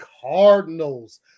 Cardinals